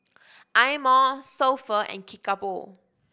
Eye Mo So Pho and Kickapoo